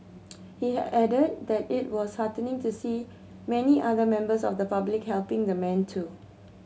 he added that it was heartening to see many other members of the public helping the man too